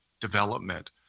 development